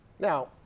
Now